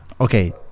Okay